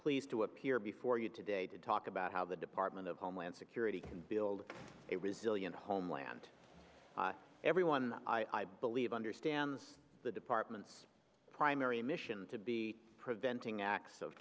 pleased to appear before you today to talk about how the department of homeland security can build a resilient homeland everyone i believe understands the department's primary mission to be preventing acts of